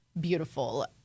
beautiful